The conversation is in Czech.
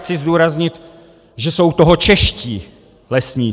A chci zdůraznit, že jsou u toho čeští lesníci.